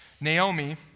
Naomi